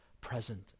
present